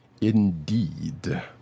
Indeed